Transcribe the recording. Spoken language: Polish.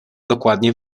dokładnie